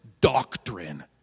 doctrine